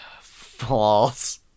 False